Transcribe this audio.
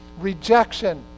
rejection